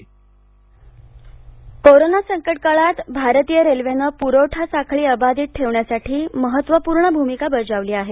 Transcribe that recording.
मध्य railway corona संकटकाळात भारतीय रेल्वेनं पुरवठा साखळी अबाधित ठेवण्यासाठी महत्त्वपूर्ण भूमिका बजावली आहे